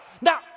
Now